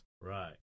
Right